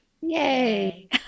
Yay